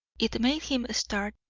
it made him start,